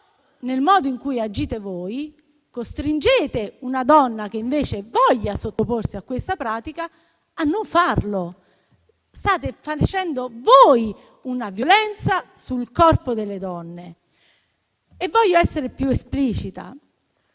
nel modo in cui agite voi, costringete una donna, che invece vuole sottoporsi a questa pratica, a non farlo. State facendo voi una violenza sul corpo delle donne. Voglio essere più esplicita.